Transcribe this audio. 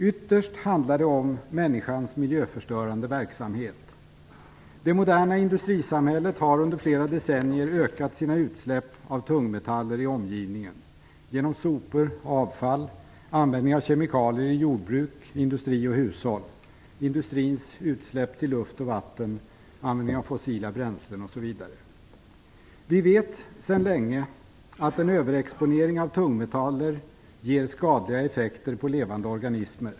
Ytterst handlar det om människans miljöförstörande verksamhet. Det moderna industrisamhället har under flera decennier ökat sina utsläpp av tungmetaller i omgivningen genom sopor, avfall, användning av kemikalier i jordbruk, industri och hushåll, industrins utsläpp till luft och vatten, användning av fossila bränslen osv. Vi vet sedan länge att en överexponering av tungmetaller ger skadliga effekter på levande organismer.